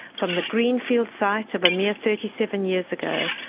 from the greenfield site of a mere thirty seven years ago,